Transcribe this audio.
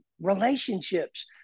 relationships